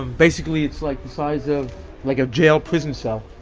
basically, it's like the size of like a jail prison cell.